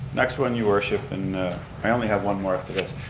next one you worship and i only have one more.